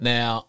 Now